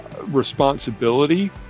responsibility